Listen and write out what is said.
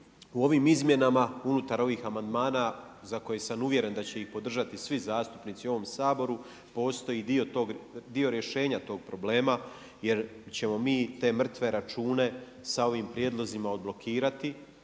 u ovim izmjenama unutar ovih amandmana za koje sam uvjeren da će ih podržati svi zastupnici u ovom Saboru postoji dio rješenje tog problema jer ćemo mi te mrtve račune sa ovim prijedlozima odblokirati,